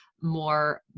more